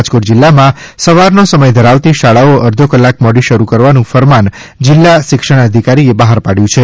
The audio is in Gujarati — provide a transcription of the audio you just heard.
રાજકોટ જિલ્લામાં સવારનો સમય ધરાવતી શાળાઓ અરધો કલાક મોડી શરૂ કરવાનું ફરમાન જિલ્લા શિક્ષણાધિકારી એ બહાર પાડ્યું છે